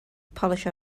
polish